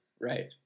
Right